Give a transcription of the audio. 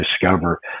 discover